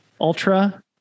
ultra